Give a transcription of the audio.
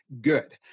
good